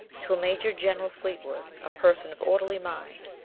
till major general fleet wood, a person of orderly mind,